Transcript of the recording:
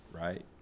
right